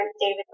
David